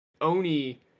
Oni